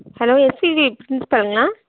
hello SPB ப்ரின்ஸ்பாலுங்களா